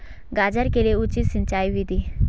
गाजर के लिए उचित सिंचाई विधि?